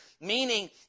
Meaning